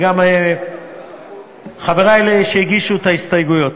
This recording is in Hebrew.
וגם לחברי שהגישו את ההסתייגויות,